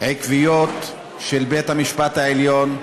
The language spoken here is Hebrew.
עקביות של בית-המשפט העליון.